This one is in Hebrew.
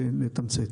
אנסה לתמצת.